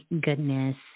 goodness